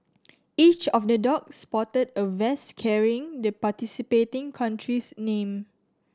each of the dog sported a vest carrying the participating country's name